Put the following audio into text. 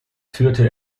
führte